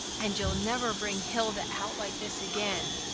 and you'll never bring hilda out like this again.